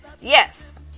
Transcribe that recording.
yes